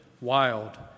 wild